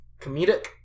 comedic